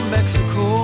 Mexico